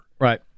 Right